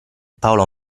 paolo